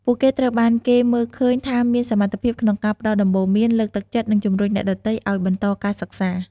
ពួកគេត្រូវបានគេមើលឃើញថាមានសមត្ថភាពក្នុងការផ្តល់ដំបូន្មាន លើកទឹកចិត្ត និងជម្រុញអ្នកដទៃឱ្យបន្តការសិក្សា។